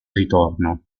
ritorno